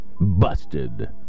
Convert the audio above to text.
busted